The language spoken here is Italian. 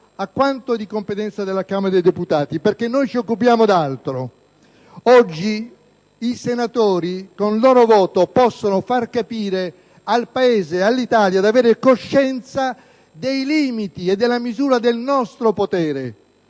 a quanto di competenza della Camera dei deputati. Noi ci occupiamo di altro. Oggi i senatori con il loro voto possono far capire al Paese di avere coscienza dei limiti e della misura del loro potere